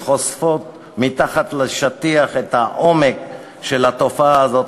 וחושפות מתחת לשטיח את העומק של התופעה הזאת,